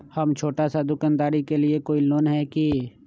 हम छोटा सा दुकानदारी के लिए कोई लोन है कि?